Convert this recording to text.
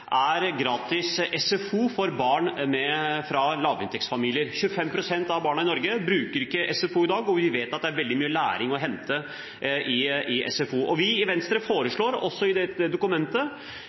er gratis SFO for barn fra lavinntektsfamilier. 25 pst. av barna i Norge bruker ikke SFO i dag, og vi vet at det er veldig mye læring å hente i SFO. Vi i Venstre foreslår også i dette dokumentet